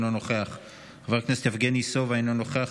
אינו נוכח,